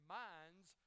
minds